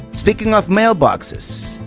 speaking of mailboxes,